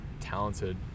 talented